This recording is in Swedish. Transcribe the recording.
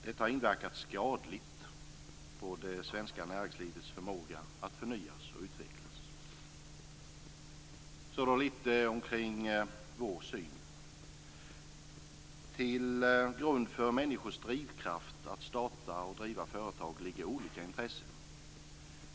Detta har inverkat skadligt på det svenska näringslivets förmåga att förnyas och utvecklas. Till grund för människors drivkraft att starta och driva företag ligger olika intressen.